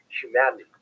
humanity